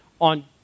on